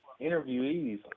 interviewees